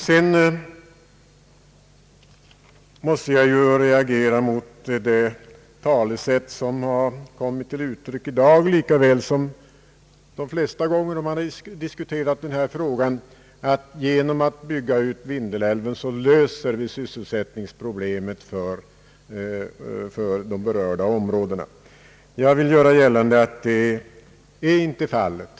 Sedan måste jag reagera mot det talesätt som förekommit i dag såväl som vid de flesta tillfällen då man diskuterat denna fråga, nämligen att man genom att bygga ut Vindelälven löser sysselsättningsproblemet för de berörda områdena. Jag vill göra gällande att så inte är fallet.